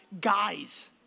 guys